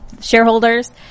shareholders